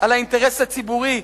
על האינטרס הציבורי,